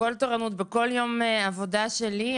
בכל תורנות בכל יום עבודה שלי,